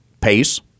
pace